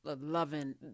loving